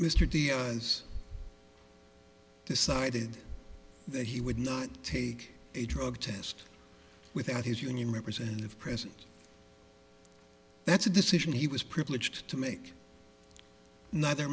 mr diaz decided that he would not take a drug test without his union representative present that's a decision he was privileged to make neither